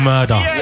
Murder